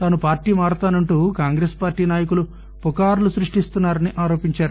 తాను పార్టీ మారుతానంటూ కాంగ్రెస్ పార్టీ నాయకులు పుకార్లు సృష్టిస్తున్నా రని ఆరోపించారు